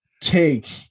take